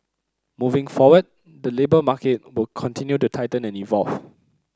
moving forward the labour market will continue to tighten and evolve